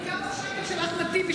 בעיקר על השקר של אחמד טיבי,